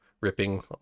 ripping